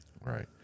Right